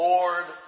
Lord